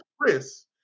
Chris